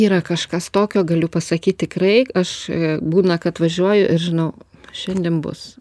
yra kažkas tokio galiu pasakyt tikrai aš būna kad važiuoju ir žinau šiandien bus